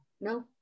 No